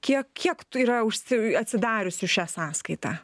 kiek kiek tų yra užsi atsidariusių šią sąskaitą